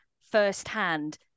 firsthand